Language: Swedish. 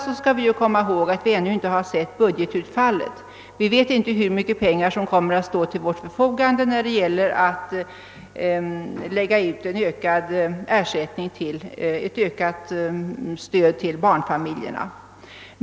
Ja, först och främst har vi ännu inte sett budgetutfallet och vet därför inte hur mycket pengar som kommer att stå till vårt förfogande för ökat stöd till barnfamiljerna.